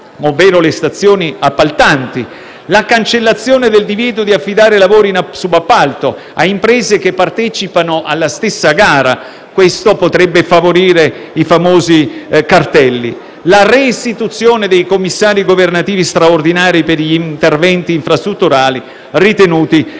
Lo stesso dicasi per la cancellazione del divieto di affidare lavori in subappalto a imprese che partecipano alla stessa gara - ciò potrebbe favorire i famosi cartelli - e la reintroduzione dei commissari governativi straordinari per interventi infrastrutturali ritenuti